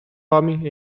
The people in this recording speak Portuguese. homem